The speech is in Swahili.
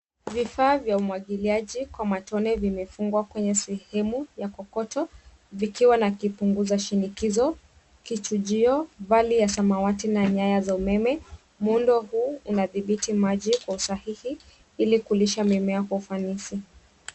Vifaa vya umwagiliaji kwa matone vimefungwa kwenye sehemu ya kokoto. Vikiwa na kipunguza shinikizo, kichujio, vali ya samawati na nyaya za umeme. Muundo huu unadhibiti maji kwa usahihi, ili kulisha mimea kwa ufanisi.